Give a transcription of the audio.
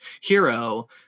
hero